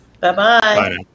Bye-bye